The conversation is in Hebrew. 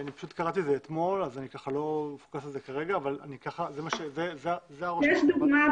קראתי את זה אתמול, אבל זה הרושם שקיבלתי.